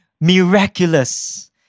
miraculous